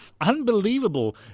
unbelievable